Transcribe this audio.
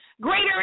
Greater